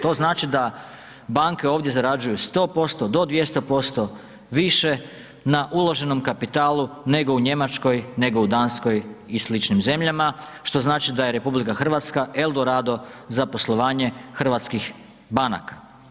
To znači da banke ovdje zarađuju 100% do 200% više na uloženom kapitalu nego u Njemačkoj, nego u Danskoj i sličnim zemljama što znači da je RH Eldorado za poslovanje hrvatskih banaka.